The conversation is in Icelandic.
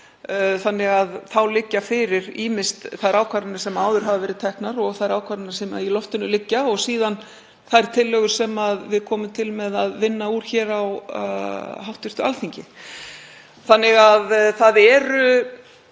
Þá liggja fyrir ýmist þær ákvarðanir sem áður hafa verið teknar og þær ákvarðanir sem í loftinu liggja og síðan þær tillögur sem við komum til með að vinna úr á hv. Alþingi. Það er